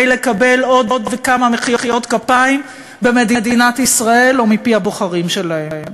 לקבל עוד כמה מחיאות כפיים במדינת ישראל ומפי הבוחרים שלהם.